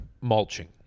Mulching